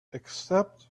except